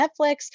Netflix